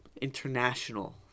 International